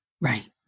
Right